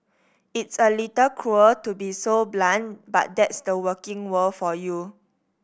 it's a little cruel to be so blunt but that's the working world for you